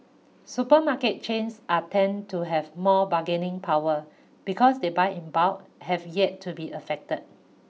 supermarket chains are tend to have more bargaining power because they buy in bulk have yet to be affected